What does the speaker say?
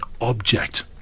object